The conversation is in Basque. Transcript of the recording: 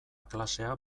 klasea